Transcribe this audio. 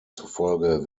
zufolge